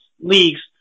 leagues